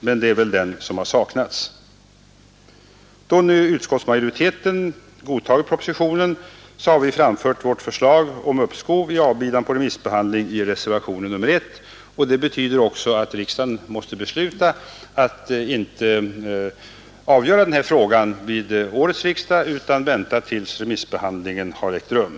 Men det är väl den som har saknats. Då nu utskottsmajoriteten godtagit propositionen har vi framfört vårt förslag om uppskov i avbidan på remissbehandlingen i den nyssnämnda reservationen 1 a, och den gär också ut på att riksdagen mätte besluta att inte avgöra den här frågan vid årets riksdag utan vänta tills remissbehandlingen ägt rum.